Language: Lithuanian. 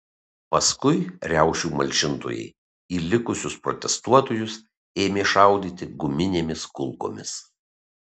paskui riaušių malšintojai į likusius protestuotojus ėmė šaudyti guminėmis kulkomis